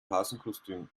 hasenkostüm